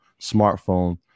smartphone